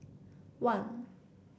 one